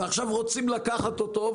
ועכשיו רוצים לקחת אותו,